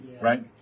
right